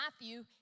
Matthew